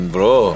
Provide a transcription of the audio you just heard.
Bro